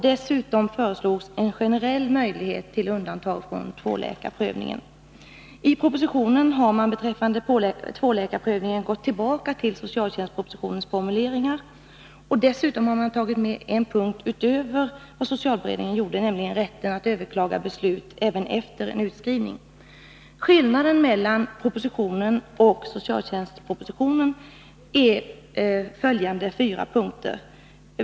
Dessutom föreslogs en generell möjlighet till undantag från tvåläkarprövning. I propositionen har man beträffande tvåläkarprövningen gått tillbaka till socialtjänstpropositionens formuleringar och dessutom tagit med en punkt utöver vad socialberedningen gjorde, nämligen rätten att överklaga beslut även efter en utskrivning. Skillnaden mellan propositionen och socialtjänstpropositionen är följande: 1.